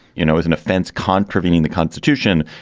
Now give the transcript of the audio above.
you know, is an offense contravening the constitution.